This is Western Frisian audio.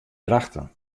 drachten